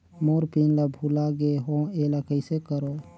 मोर pin ला भुला गे हो एला कइसे करो?